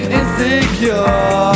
insecure